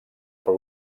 per